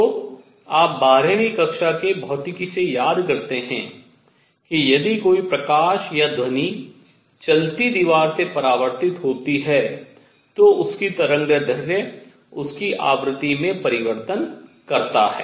तो आप बारहवीं कक्षा के भौतिकी से याद करते हैं कि यदि कोई प्रकाश या ध्वनि चलती दीवार से परावर्तित होती है तो उसकी तरंगदैर्घ्य उसकी आवृत्ति में परिवर्तन करता है